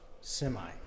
semi